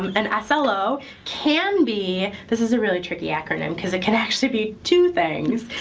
um an ah slo can be this is a really tricky acronym because it can actually be two things.